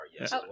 yes